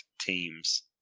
teams